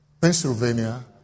Pennsylvania